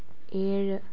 ഏഴ്